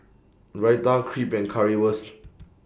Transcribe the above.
Raita Crepe and Currywurst